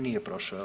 Nije prošao.